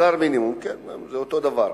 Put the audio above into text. שכר מינימום, כן, זה אותו הדבר.